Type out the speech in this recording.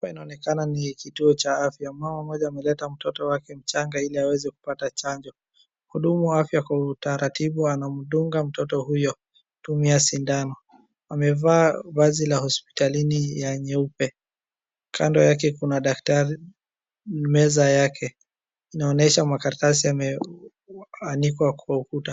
Hapa inaoneekana ni kituo cha afya, mama mmoja ameleta mtoto wake mchanga ili aweze kupata chanjo. Mhudumu wa afya kwa utaratibu anamdunga mtoto huyo kutumia sindano, amevaa vazi la hospitalini ya nyeupe. Kando yake kuna daktari, meza yake, inaonyesha makaratasi yameanikwa kwa ukuta.